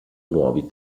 nuovi